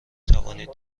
توانید